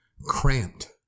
cramped